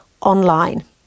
online